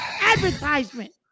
advertisement